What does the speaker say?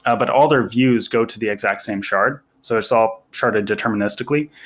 ah but all their views go to the exact same shard. so it's all sharted deterministically.